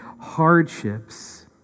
hardships